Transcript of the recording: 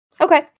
Okay